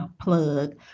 plug